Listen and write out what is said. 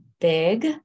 big